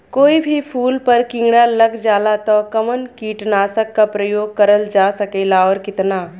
कोई भी फूल पर कीड़ा लग जाला त कवन कीटनाशक क प्रयोग करल जा सकेला और कितना?